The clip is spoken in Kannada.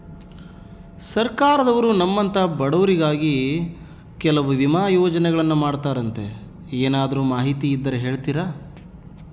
ಸರ್ಕಾರದವರು ನಮ್ಮಂಥ ಬಡವರಿಗಾಗಿ ಕೆಲವು ವಿಮಾ ಯೋಜನೆಗಳನ್ನ ಮಾಡ್ತಾರಂತೆ ಏನಾದರೂ ಮಾಹಿತಿ ಇದ್ದರೆ ಹೇಳ್ತೇರಾ?